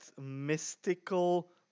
mystical